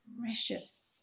precious